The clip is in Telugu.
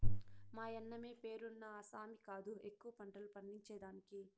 మాయన్నమే పేరున్న ఆసామి కాదు ఎక్కువ పంటలు పండించేదానికి